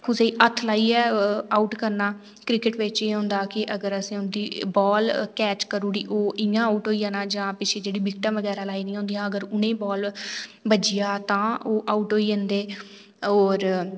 की कुसै गी हत्थ लाइयै आऊट करना क्रिकेट बिच एह् होंदा कि अगर असें उंदी बॉल कैच करी ओड़ी ओह् इंया आऊट होई जाना तां जां जेह्ड़ियां पिच्छें विकेटां लाई दियां होंदियां बज्जी जा ओह् तां आऊट होई जंदे होर